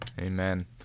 Amen